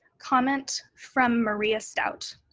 comment from maria stout.